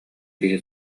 киһи